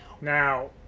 now